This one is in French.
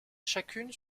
chacune